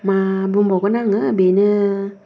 मा बुंबावगोन आङो बेनो